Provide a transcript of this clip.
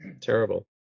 Terrible